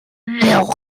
milk